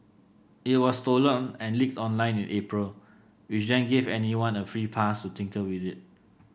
it was stolen and leaked online in April which then gave anyone a free pass to tinker with it